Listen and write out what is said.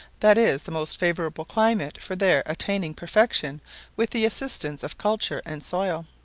that is the most favourable climate for their attaining perfection with the assistance of culture and soil.